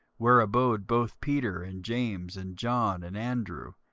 where abode both peter, and james, and john, and andrew,